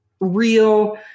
real